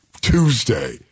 Tuesday